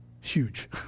huge